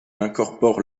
incorpore